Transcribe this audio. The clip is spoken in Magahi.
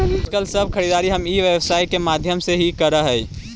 आजकल सब खरीदारी हम ई व्यवसाय के माध्यम से ही करऽ हई